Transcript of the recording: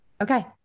Okay